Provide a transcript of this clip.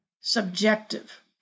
subjective